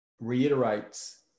reiterates